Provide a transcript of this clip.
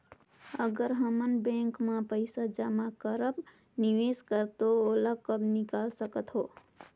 अगर हमन बैंक म पइसा जमा करब निवेश बर तो ओला कब निकाल सकत हो?